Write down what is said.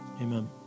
Amen